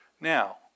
Now